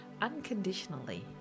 unconditionally